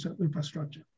infrastructure